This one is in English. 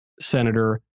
Senator